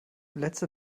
letzte